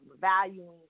valuing